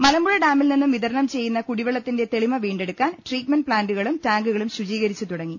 മലമ്പുഴ ഡാമിൽ നിന്നും വിതരണം ചെയ്യുന്ന കുടിവെള്ളത്തിന്റെ തെളിമ വീണ്ടെടുക്കാൻ ട്രീറ്റ്മെന്റ് പ്ലാന്റുകളും ടാങ്കുകളും ശുചീ കരിച്ചു തുടങ്ങി